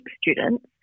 students